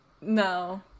No